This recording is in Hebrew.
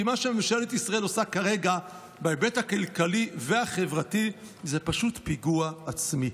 כי מה שממשלת ישראל עושה כרגע בהיבט הכלכלי והחברתי זה פשוט פיגוע עצמי.